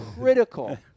critical